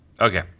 Okay